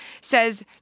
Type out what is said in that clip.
says